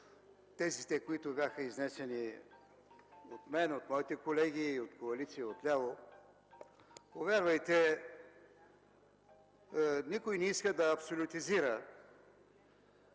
тезите, които бяха изнесени от мен, от моите колеги и от коалицията отляво. Повярвайте, никой не иска да абсолютизира